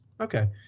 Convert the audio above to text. Okay